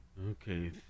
Okay